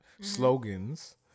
slogans